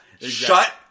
Shut